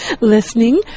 listening